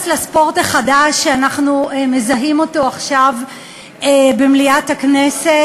לספורט החדש שאנחנו מזהים עכשיו במליאת הכנסת.